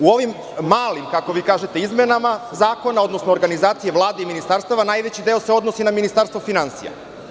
U ovim malim, kako vi kažete izmenama zakona, odnosno organizacije Vlade i ministarstava, najveći deo se odnosi na Ministarstvo finansija.